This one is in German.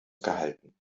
gehalten